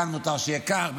כאן מותר שיהיה כך,